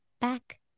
back